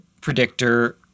predictor